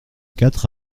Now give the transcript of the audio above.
quatre